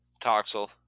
Toxel